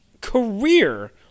career